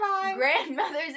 Grandmother's